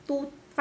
to